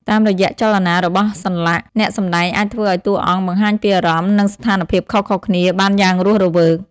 តាមរយៈចលនារបស់សន្លាក់ អ្នកសម្ដែងអាចធ្វើឲ្យតួអង្គបង្ហាញពីអារម្មណ៍ និងស្ថានភាពខុសៗគ្នាបានយ៉ាងរស់រវើក។